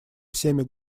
всеми